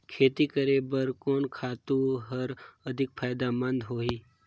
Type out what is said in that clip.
खेती करे बर कोन खातु हर अधिक फायदामंद होही?